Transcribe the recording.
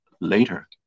later